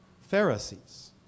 Pharisees